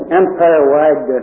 empire-wide